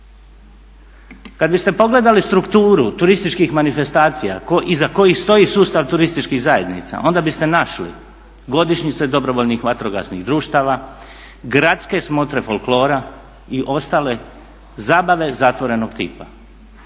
Kad biste pogledali strukturu turističkih manifestacija iza kojih stoji sustav turističkih zajednica onda biste našli godišnjice dobrovoljnih vatrogasnih društava, gradske smotre folklora i ostale zabave zatvorenog tipa.